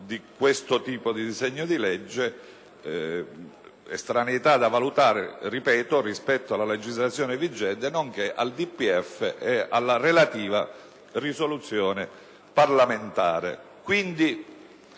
di questo tipo di disegno di legge. Tale estraneità è da valutare, lo ripeto, rispetto alla legislazione vigente nonché al DPEF e alla relativa risoluzione parlamentare.